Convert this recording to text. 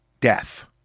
death